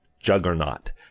juggernaut